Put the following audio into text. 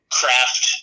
craft